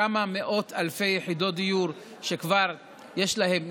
כמה מאות אלפי יחידות דיור שכבר יש להן,